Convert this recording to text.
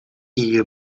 year